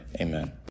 Amen